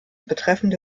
betreffende